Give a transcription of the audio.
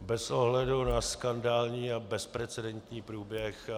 Bez ohledu na skandální a bezprecedentní průběh